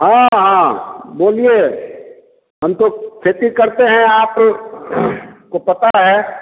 हाँ हाँ बोलिए हम तो खेती करते हैं आप को पता है